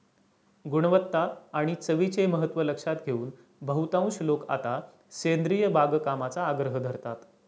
गुणवत्ता आणि चवीचे महत्त्व लक्षात घेऊन बहुतांश लोक आता सेंद्रिय बागकामाचा आग्रह धरतात